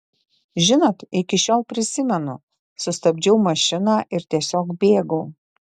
žinot iki šiol prisimenu sustabdžiau mašiną ir tiesiog bėgau